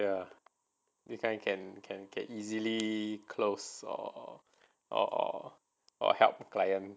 ya they can can can can easily close or or or help clients